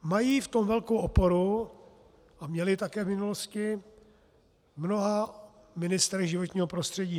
Mají v tom velkou oporu, a měli také v minulosti, v mnoha ministrech životního prostředí.